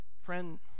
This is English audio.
friend